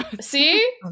See